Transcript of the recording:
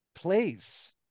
place